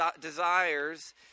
desires